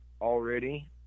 already